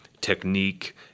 technique